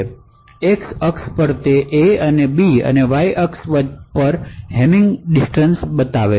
અહી એક્સ અક્ષ પર તે A અને B વચ્ચેનો હેમિંગ અંતર અને વાય અક્ષ પ્રોબેબિલિટિદર્શાવે છે